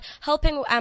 helping